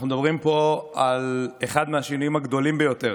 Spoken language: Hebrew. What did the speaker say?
אנחנו מדברים פה על אחד השינויים הגדולים ביותר